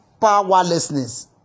Powerlessness